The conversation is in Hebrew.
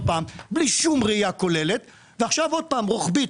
פעם בלי שום ראייה כוללת ועכשיו שוב רוחבית.